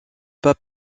pas